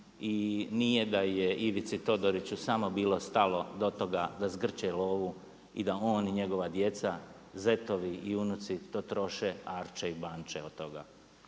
i nije da je Ivicu Todoriću samo bilo stalo do toga da zgrče lovu i da on i njegova djeca, zetovi i unuci to troše, arče i banče od toga,